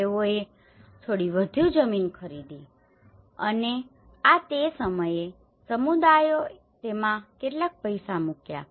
તેઓએ થોડી વધુ જમીન ખરીદી અને આ તે સમયે જ સમુદાયોએ તેમાં કેટલાક પૈસા મૂક્યા છે